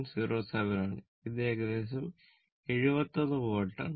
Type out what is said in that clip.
07 ആണ് ഇത് ഏകദേശം 71 വോൾട്ട് ആണ്